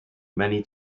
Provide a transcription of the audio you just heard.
many